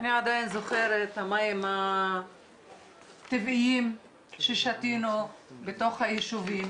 אני עדיין זוכרת את המים הטבעיים ששתינו בתוך היישובים